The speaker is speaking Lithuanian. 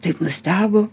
taip nustebo